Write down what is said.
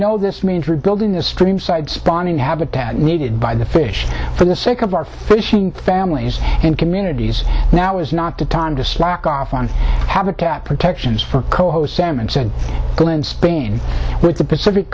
know this means rebuilding the stream side spawning habitat needed by the fish for the sake of our fishing families and communities now is not the time to slack off on habitat protections for coho salmon said glen spain with the pacific